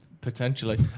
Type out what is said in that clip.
Potentially